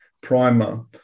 Primer